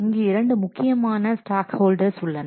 இங்கு இரண்டு முக்கியமான ஸ்டாக்ஹொல்டர்ஸ் உள்ளனர்